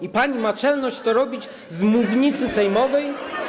I pani ma czelność to robić z mównicy sejmowej?